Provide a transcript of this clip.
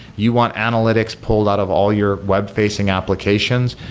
you want analytics pulled out of all your web-facing applications?